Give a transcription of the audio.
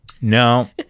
No